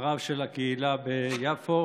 הרב של הקהילה ביפו,